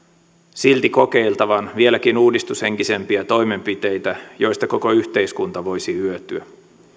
silti kokeiltavan vieläkin uudistushenkisempiä toimenpiteitä joista koko yhteiskunta voisi hyötyä